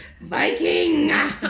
Viking